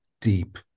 deep